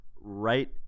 right